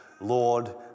Lord